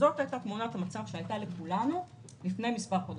זאת הייתה תמונת המצב לכולנו לפני מספר חודשים,